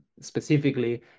specifically